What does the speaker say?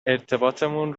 ارتباطمون